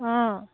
অঁ